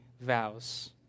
vows